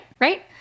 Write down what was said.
Right